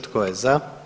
Tko je za?